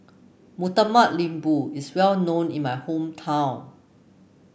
Murtabak Lembu is well known in my hometown